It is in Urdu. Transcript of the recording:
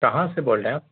کہاں سے بول رہے ہیں آپ